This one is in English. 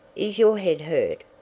is your head hurt?